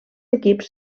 equips